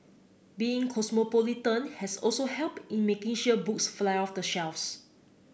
being cosmopolitan has also helped in making sure books fly off the shelves